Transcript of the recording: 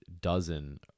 dozen